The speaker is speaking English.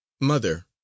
Mother